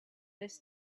this